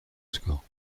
score